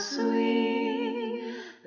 sweet